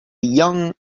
young